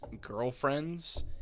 girlfriends